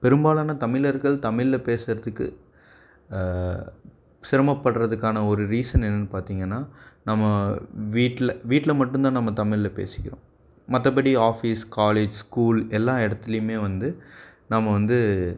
பெரும்பாலான தமிழர்கள் தமிழில் பேசுகிறதுக்கு சிரமப்படுறதுக்கான ஒரு ரீசன் என்னெனு பார்த்தீங்கனா நம்ம வீட்டில் வீட்டில் மட்டுந்தான் நம்ம தமிழில் பேசிக்குறோம் மற்றபடி ஆஃபீஸ் காலேஜ் ஸ்கூல் எல்லா இடத்துலையுமே வந்து நம்ம வந்து